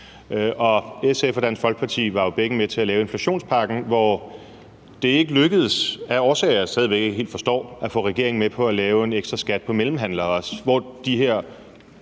SF og Dansk Folkeparti var jo begge med til at lave inflationspakken, hvor det af årsager, jeg stadig væk ikke helt forstår, ikke lykkedes at få regeringen med på at lave en ekstra skat på mellemhandlere,